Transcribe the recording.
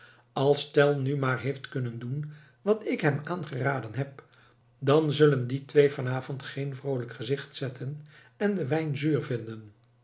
als tell nu maar heeft kunnen doen wat ik hem aangeraden heb dan zullen die twee van avond geen vroolijk gezicht zetten en den wijn zuur vinden